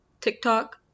TikTok